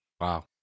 Wow